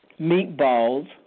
meatballs